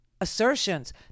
assertions